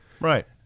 Right